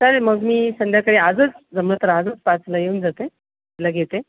चालेल मग मी संध्याकाळी आजच जमलं तर आजच पाचला येऊन जाते तिला घेते